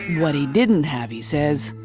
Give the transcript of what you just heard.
what he didn't have, he says,